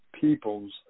peoples